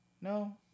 no